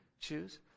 choose